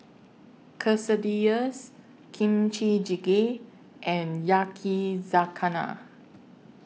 Quesadillas Kimchi Jjigae and Yakizakana